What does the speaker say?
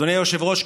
אדוני היושב-ראש,